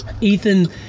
Ethan